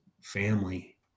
family